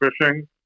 fishing